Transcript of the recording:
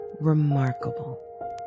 remarkable